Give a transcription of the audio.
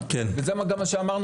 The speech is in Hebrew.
ואת המקצועות הכל-כך